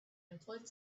employed